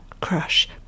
crush